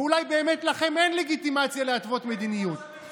ואולי באמת אין לכם לגיטימציה להתוות מדיניות,